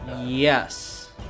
yes